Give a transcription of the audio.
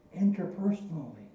interpersonally